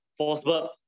Forsberg